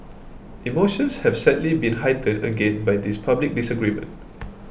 emotions have sadly been heightened again by this public disagreement